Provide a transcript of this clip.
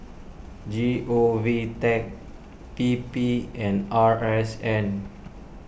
G O V Tech P P and R S N